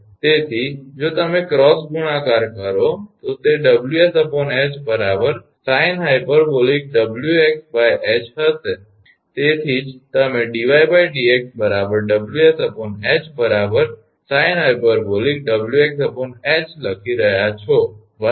તેથી જો તમે ક્રોસ ગુણાકાર કરો તો તે 𝑊𝑠𝐻 sinh𝑊𝑥𝐻 હશે તેથી જ તમે 𝑑𝑦𝑑𝑥 𝑊𝑠𝐻 sinh𝑊𝑥𝐻 લખી રહ્યા છો બરાબર